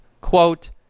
Quote